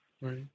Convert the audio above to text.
Right